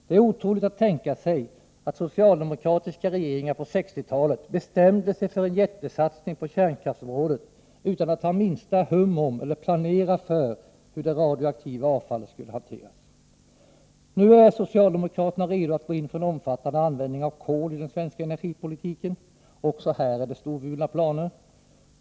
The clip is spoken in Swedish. Det är otroligt att socialdemokratiska regeringar på 1960-talet bestämde sig för en jättesatsning på kärnkraftsområdet utan att ha minsta hum om eller planera för hur det radioaktiva avfallet skulle hanteras! Nu är ni socialdemokrater redo att gå in för en omfattande användning av kol i den svenska energipolitiken. Också här är det storvulna planer.